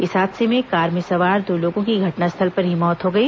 इस हादसे में कार में सवार दो लोगों की घटनास्थल पर ही मौत हो गई